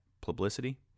publicity